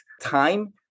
time